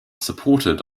supported